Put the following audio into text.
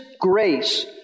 grace